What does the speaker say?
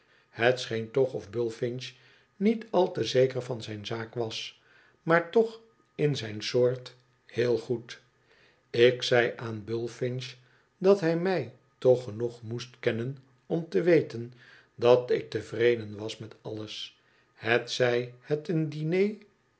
niet al te zeker van zijn zaak was maar toch in zijn soort heel goed ik zei aan bullfinch dat hij mij toch genoeg moest kennen om te weten dat ik tevreden was met alles hetzij het een diner